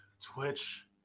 Twitch